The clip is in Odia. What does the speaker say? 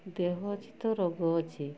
ଦେହ ଅଛି ତ ରୋଗ ଅଛି